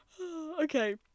Okay